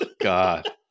god